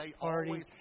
party